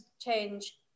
change